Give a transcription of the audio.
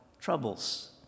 troubles